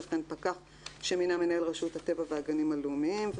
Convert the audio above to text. וכן פקח שמינה מנהל רשות הטבע והגנים הלאומיים,